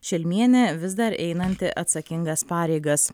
šelmienė vis dar einanti atsakingas pareigas